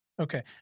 Okay